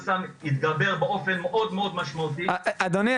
הסם יתגבר באופן מאוד משמעותי --- אדוני,